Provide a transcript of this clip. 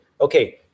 okay